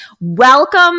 welcome